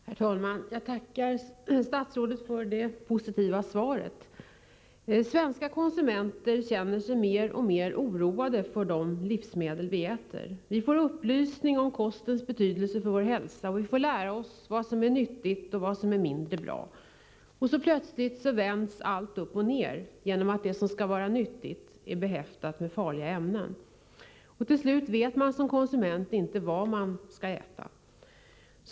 Herr talman! Jag tackar statsrådet för det positiva svaret. Vi svenska konsumenter blir mer och mer oroade över de livsmedel vi äter. Vi får upplysning om kostens betydelse för vår hälsa. Vi får lära oss vad som är nyttigt och vad som är mindre bra. Men plötsligt vänds allt upp och ned — genom information om att det som skall vara nyttigt är behäftat med farliga ämnen. Till slut vet man som konsument inte vad man skall äta.